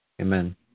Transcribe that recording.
Amen